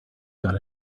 got